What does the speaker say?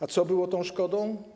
A co było tą szkodą?